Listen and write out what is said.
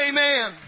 Amen